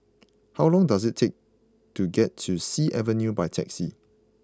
how long does it take to get to Sea Avenue by taxi